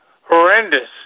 horrendous